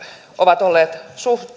ovat olleet